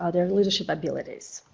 ah their leadership abilities.